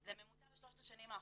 זה ממוצע בשלוש השנים האחרונות.